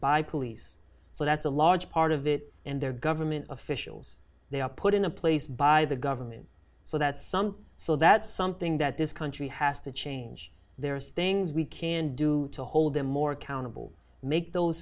by police so that's a large part of it and their government officials they are put in a place by the government so that some so that's something that this country has to change there's things we can do to hold them more accountable make those